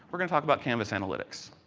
going to talk about canvas analytics.